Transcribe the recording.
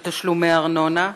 התש"ע 2010, קריאה ראשונה.